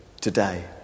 today